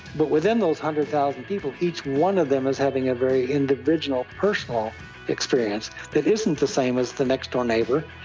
but within those one hundred thousand people, each one of them is having a very individual, personal experience that isn't the same as the next-door neighbour,